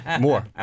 more